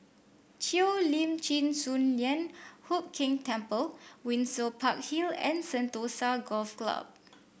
Cheo Lim Chin Sun Lian Hup Keng Temple Windsor Park Hill and Sentosa Golf Club